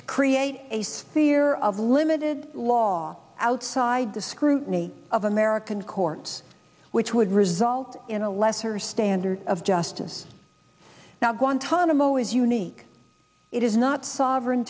to create a sphere of limited law outside the scrutiny of american courts which would result in a lesser standard of justice now guantanamo is unique it is not sovereign